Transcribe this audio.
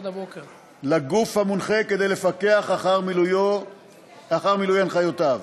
לגוף המונחה כדי לפקח אחר מילוי הנחיותיו.